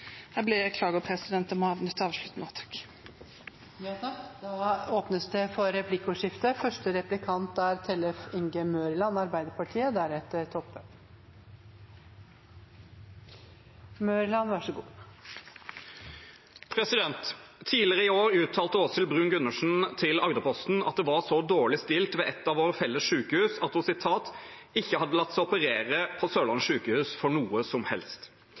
Jeg beklager, president, men jeg er nødt til å avslutte nå. Det blir replikkordskifte. Tidligere i år uttalte Åshild Bruun-Gundersen til Agderposten at det var så dårlig stilt ved et av våre felles sykehus at hun ikke hadde latt seg operere på Sørlandet sykehus for noe som helst.